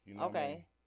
okay